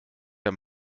der